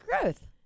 growth